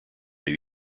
may